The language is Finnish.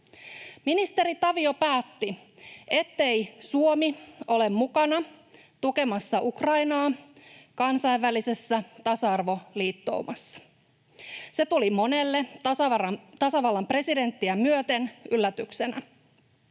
Ministeri Tavio päätti, ettei Suomi ole mukana tukemassa Ukrainaa kansainvälisessä tasa-arvoliittoumassa. Se tuli monelle tasavallan presidenttiä myöten yllätyksenä.